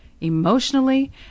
emotionally